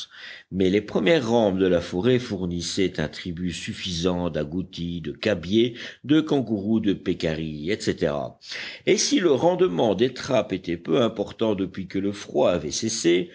mais les premières rampes de la forêt fournissaient un tribut suffisant d'agoutis de cabiais de kangourous de pécaris etc et si le rendement des trappes était peu important depuis que le froid avait cessé